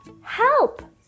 help